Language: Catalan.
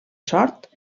sort